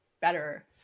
better